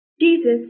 Jesus